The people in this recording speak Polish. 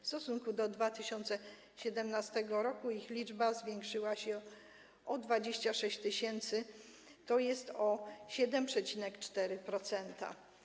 W stosunku do 2017 r. ich liczba zwiększyła się o 26 tys., tj. o 7,4%.